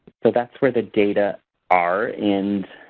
so, that's where the data are in.